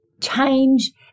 change